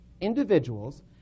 individuals